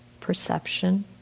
Perception